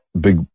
big